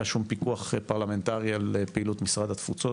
שום פיקוח פרלמנטרי על פעילות משרד התפוצות.